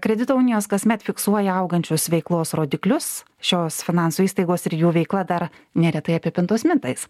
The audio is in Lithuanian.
kredito unijos kasmet fiksuoja augančius veiklos rodiklius šios finansų įstaigos ir jų veikla dar neretai apipintos mitais